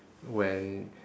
when